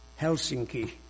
Helsinki